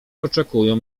oczekują